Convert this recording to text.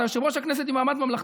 אתה יושב-ראש הכנסת, עם מעמד ממלכתי.